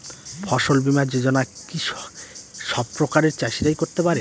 ফসল বীমা যোজনা কি সব প্রকারের চাষীরাই করতে পরে?